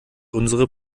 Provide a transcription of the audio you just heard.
unsere